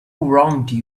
wronged